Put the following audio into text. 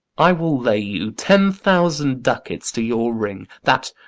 i will lay you ten thousand ducats to your ring that,